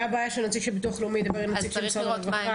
מה הבעיה שנציג של ביטוח לאומי ידבר עם נציג של משרד הרווחה?